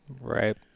Right